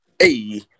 hey